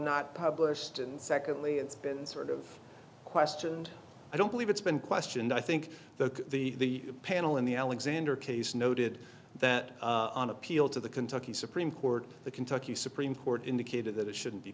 not published and secondly it's been sort of questioned i don't believe it's been questioned i think that the panel in the alexander case noted that on appeal to the kentucky supreme court the kentucky supreme court indicated that it shouldn't be